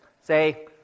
say